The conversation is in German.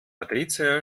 patricia